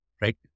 right